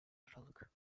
aralık